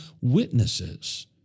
witnesses